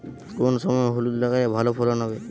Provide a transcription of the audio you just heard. কোন সময় হলুদ লাগালে ভালো ফলন হবে?